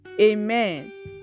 Amen